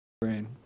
brain